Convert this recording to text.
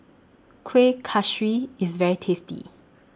Kuih Kaswi IS very tasty